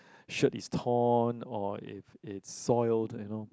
shirt is torn or if it's soiled you know